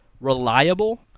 reliable